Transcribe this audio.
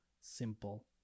simple